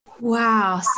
Wow